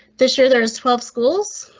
this year there is twelve schools